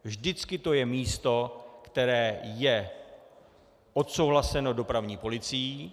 Vždycky to je místo, které je odsouhlaseno dopravní policií.